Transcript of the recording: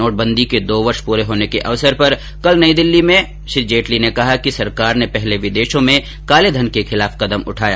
नोटबंदी के दो वर्ष पूरे होने के अवसर पर कल नई दिल्ली में श्री जेटली ने कहा कि सरकार ने पहले विदेशों में काले धन के खिलाफ कदम उठाया